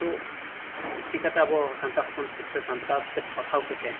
ᱛᱚ ᱪᱮᱠᱟᱛᱮ ᱟᱵᱚ ᱥᱟᱱᱛᱟᱲ ᱦᱚᱯᱚᱱ ᱥᱟᱱᱛᱟᱲ ᱛᱮ ᱯᱟᱲᱦᱟᱣ ᱠᱟᱛᱮᱫ